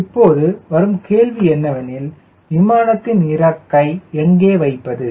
இப்போது வரும் கேள்வி என்னவெனில் விமானத்தின் இறக்கை எங்கே வைப்பது